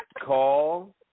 Call